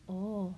oh